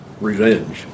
revenge